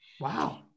wow